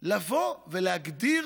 לבוא ולהגדיר